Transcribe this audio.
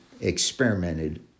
experimented